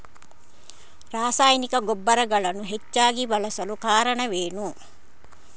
ರಾಸಾಯನಿಕ ಗೊಬ್ಬರಗಳನ್ನು ಹೆಚ್ಚಾಗಿ ಬಳಸಲು ಕಾರಣವೇನು?